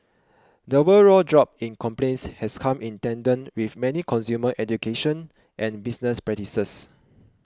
the overall drop in complaints has come in tandem with many consumer education and business practices